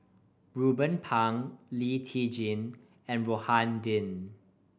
Ruben Pang Lee Tjin and Rohani Din